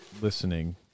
listening